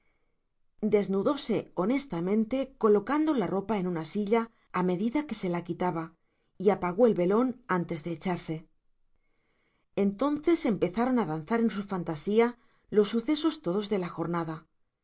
desnudóse honestamente colocando la ropa en una silla a medida que se la quitaba y apagó el velón antes de echarse entonces empezaron a danzar en su fantasía los sucesos todos de la jornada